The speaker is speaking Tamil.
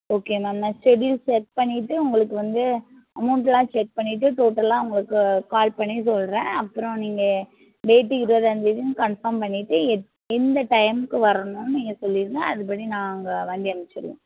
ஓகே மேம் நான் ஷெட்யூல் செட் பண்ணிவிட்டு உங்களுக்கு வந்து அமௌண்ட்டெலாம் செக் பண்ணிவிட்டு டோட்டலாக உங்களுக்கு கால் பண்ணி சொல்கிறேன் அப்புறம் நீங்கள் டேட்டு இருபதாந்தேதின்னு கன்ஃபார்ம் பண்ணிவிட்டு எந்த டைமுக்கு வரணும்னு நீங்கள் சொல்லிவிடுங்க அதுப்படி நாங்கள் வண்டி அனுப்பிச்சுடுவோம்